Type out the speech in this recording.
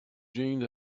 jeans